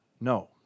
No